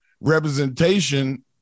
representation